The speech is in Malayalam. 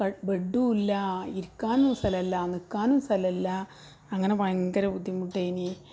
ബെഡ്ഡും ഇല്ല ഇരിക്കാനും സ്ഥലം ഇല്ല നിൽക്കാനും സ്ഥലം ഇല്ല അങ്ങനെ ഭയങ്കര ബുദ്ധിമുട്ടേനി